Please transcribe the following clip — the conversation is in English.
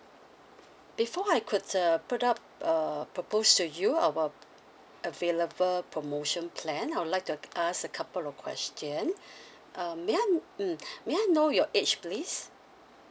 before I could uh put up uh propose to you our available promotion plan I'd like to ask a couple of question um may I mm may I know your age please